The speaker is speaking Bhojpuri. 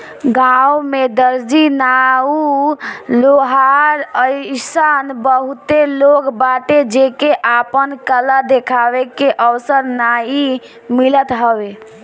गांव में दर्जी, नाऊ, लोहार अइसन बहुते लोग बाटे जेके आपन कला देखावे के अवसर नाइ मिलत हवे